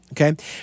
Okay